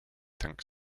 think